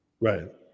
Right